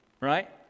right